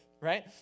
right